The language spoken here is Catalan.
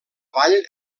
vall